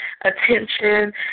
attention